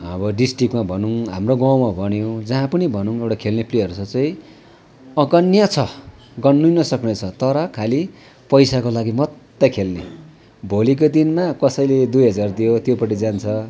अब डिस्ट्रिकमा भनौँ हाम्रो गाउँमा भनौँ जहाँ पनि भनौँ एउटा खेल्ने प्लेयर्स चाहिँ अगन्य छ गन्नै नसक्ने छ तर खालि पैसाको लागि मात्रै खेल्ने भोलिको दिनमा कसैले दुई हजार दियो त्योपट्टि जान्छ